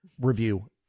review